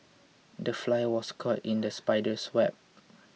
the fly was caught in the spider's web